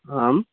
आम्